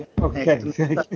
Okay